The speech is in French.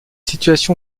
situation